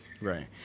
Right